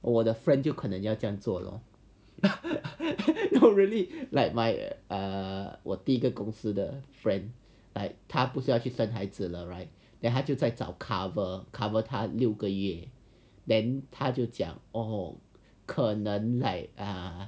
我 the friend 就可能就要这样做 lah no really like my err 我第一个公司的 friend like 他不是要去生孩子了 right then 他就再找 cover cover 他六个月 then 他就讲 or 可能 like err